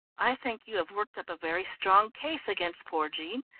i think you have worked up a very strong case against poor jean,